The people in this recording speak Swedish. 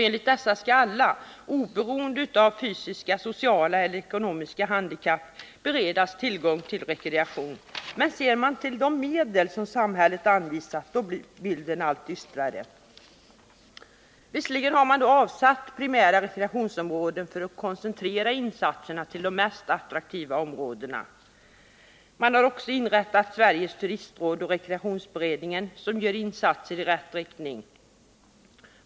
Enligt dessa mål skall alla, oberoende av fysiska, sociala eller ekonomiska handikapp, beredas tillgång till rekreation. Men ser man till de medel som samhället anvisat blir bilden allt dystrare. Visserligen har man avsatt primära rekreationsområden för att koncentrera insatserna till de mest attraktiva områdena. Man har också inrättat Sveriges turistråd och rekreationsberedningen, som gör insatser i rätt riktning.